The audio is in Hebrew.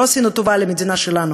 לא עשינו טובה למדינה שלנו,